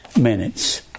minutes